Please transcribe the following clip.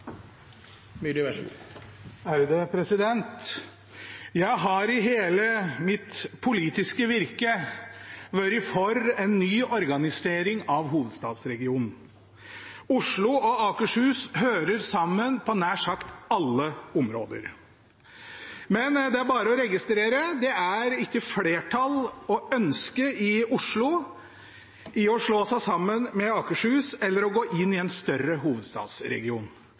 Jeg har i hele mitt politiske virke vært for en ny organisering av hovedstadsregionen. Oslo og Akershus hører sammen på nær sagt alle områder, men det er bare å registrere: Det er ikke flertall og ønske i Oslo om å slå seg sammen med Akershus eller å gå inn i en større hovedstadsregion.